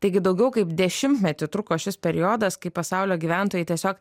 taigi daugiau kaip dešimtmetį truko šis periodas kai pasaulio gyventojai tiesiog